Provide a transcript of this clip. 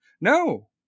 No